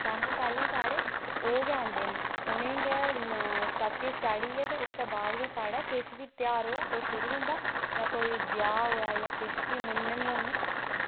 सारें कशा पैह्ले साढ़े ओह् गै आंदे न उ'नें गी गै सब किश चाढ़ियै गै सब किश बाद च किश बी तेहा होऐ ओह् शुरू बिच्च होंदा जां कोई ब्याह् होऐ जां किश मूनन होन